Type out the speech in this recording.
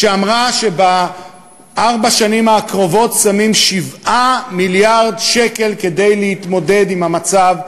שאמרה שבארבע השנים הקרובות שמים 7 מיליארד שקל כדי להתמודד עם המצב,